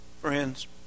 Friends